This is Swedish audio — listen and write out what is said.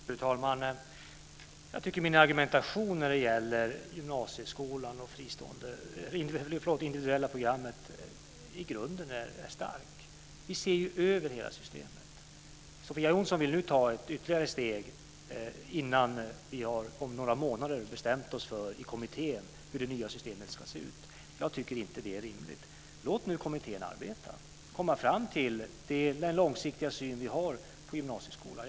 Fru talman! Jag tycker att min argumentation när det gäller gymnasieskolan och det individuella programmet i grunden är stark. Vi ser ju över hela systemet. Sofia Jonsson vill nu ta ytterligare ett steg innan vi, om några månader, har bestämt oss i kommittén för hur det nya systemet ska se ut. Jag tycker inte att det är rimligt. Låt nu kommittén arbeta och komma fram till den långsiktiga syn vi har på gymnasieskolan!